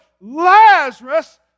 Lazarus